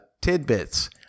Tidbits